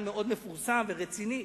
מאוד מפורסם ורציני,